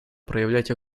проявлять